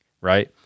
right